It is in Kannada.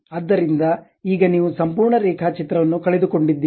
ಆದ್ದರಿಂದ ಈಗ ನೀವು ಸಂಪೂರ್ಣ ರೇಖಾಚಿತ್ರವನ್ನು ಕಳೆದುಕೊಂಡಿದ್ದೀರಿ